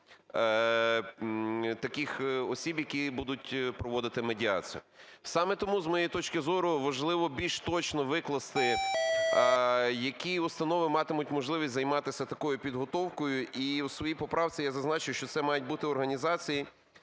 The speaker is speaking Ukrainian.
таких осіб, які будуть проводити медіацію. Саме тому, з моєї точки зору, важливо більш точно викласти, які установи матимуть можливість займатися такою підготовкою. І у своїй поправці я зазначив, що це мають бути "організації,